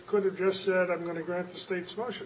could have just said i'm going to grab the states russia